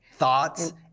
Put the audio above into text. Thoughts